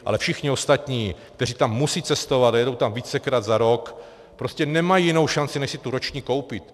Ale všichni ostatní, kteří tam musí cestovat a jedou tam vícekrát za rok, prostě nemají jinou šanci, než si tu roční koupit.